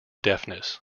deafness